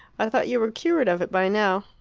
i thought you were cured of it by now.